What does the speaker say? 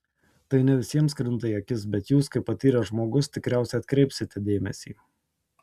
tai ne visiems krinta į akis bet jūs kaip patyręs žmogus tikriausiai atkreipsite dėmesį